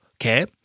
okay